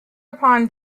upon